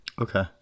Okay